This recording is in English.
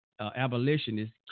abolitionists